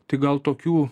tik gal tokių